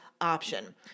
option